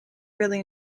really